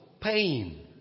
pain